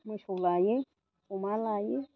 मोसौ लायो अमा लायो